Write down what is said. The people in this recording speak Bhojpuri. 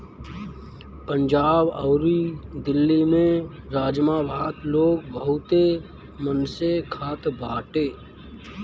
पंजाब अउरी दिल्ली में राजमा भात लोग बहुते मन से खात बाटे